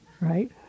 right